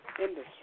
Industry